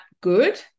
good